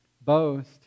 boast